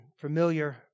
familiar